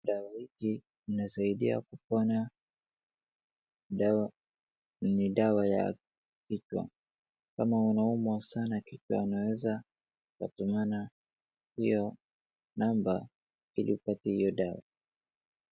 Dawa hiki inasaidia kupona, dawa, ni dawa ya kichwa. Kama unaumwa sana kichwa unaweza ukatumana hio number , ili upate hio dawa.